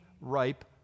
ripe